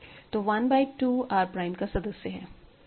तो 1 by 2 R prime का सदस्य है